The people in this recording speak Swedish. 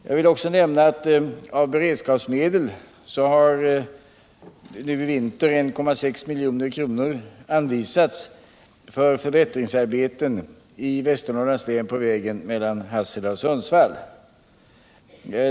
Jag vill också nämna att nu i vinter 1,6 milj.kr. av beredskapsmedel har anvisats för förbättringsarbeten i Västernorrlands län på vägen mellan Hassela och Sundsvall.